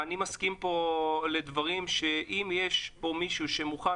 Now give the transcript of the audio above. אני מסכים פה לדברים שאם יש פה מישהו שמוכן